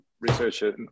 researcher